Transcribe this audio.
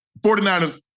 49ers